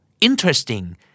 interesting